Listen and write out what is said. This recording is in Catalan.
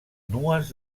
nues